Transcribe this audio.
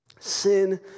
Sin